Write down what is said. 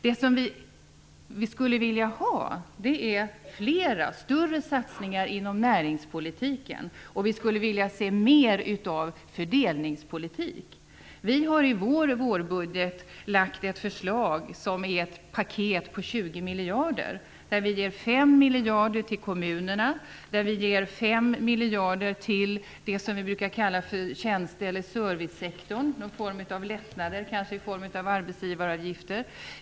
Det som vi skulle vilja ha är fler och större satsningar inom näringspolitiken, och vi skulle vilja se mer av fördelningspolitik. Vi har i vår vårbudet lagt fram ett förslag som är ett paket på 20 miljarder. Vi ger 5 miljarder till kommunerna och 5 miljarder till det vi brukar kalla för tjänste eller servicesektorn i lättnader, kanske i form av ändrade arbetsgivaravgifter.